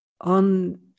on